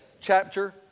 chapter